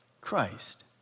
Christ